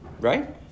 Right